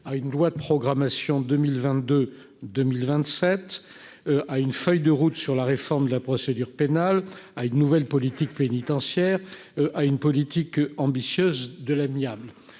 à une loi de programmation 2022 2027 ah, une feuille de route sur la réforme de la procédure pénale, a une nouvelle politique pénitentiaire à une politique ambitieuse de l'amiable,